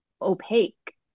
opaque